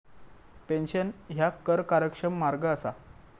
pension ह्या कर कार्यक्षम मार्ग असा